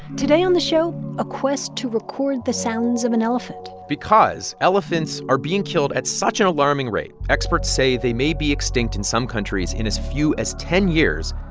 today on the show, a quest to record the sounds of an elephant because elephants are being killed at such an alarming rate, experts say they may be extinct in some countries in as few as ten years.